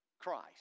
Christ